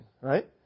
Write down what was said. right